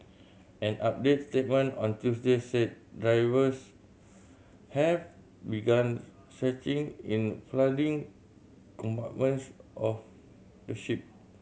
an updated statement on Tuesday said divers have begun searching in flooding compartments of the ship